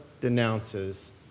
denounces